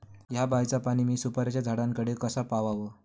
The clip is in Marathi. हया बायचा पाणी मी सुपारीच्या झाडान कडे कसा पावाव?